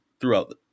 throughout